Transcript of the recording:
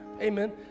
Amen